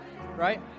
Right